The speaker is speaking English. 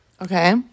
Okay